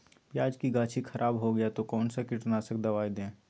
प्याज की गाछी खराब हो गया तो कौन सा कीटनाशक दवाएं दे?